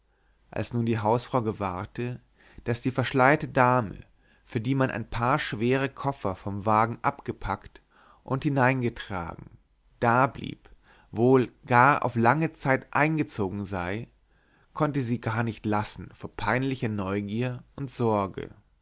als nun die hausfrau gewahrte daß die verschleierte dame für die man ein paar schwere koffer vom wagen abgepackt und hineingetragen dablieb wohl gar auf lange zeit eingezogen sei konnte sie sich gar nicht lassen vor peinlicher neugier und sorge